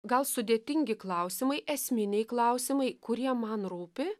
gal sudėtingi klausimai esminiai klausimai kurie man rūpi